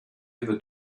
ever